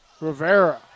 Rivera